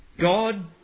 God